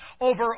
over